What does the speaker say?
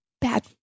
bad